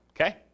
okay